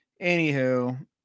anywho